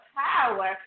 power